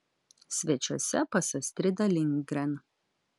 svečiuose pas astridą lindgren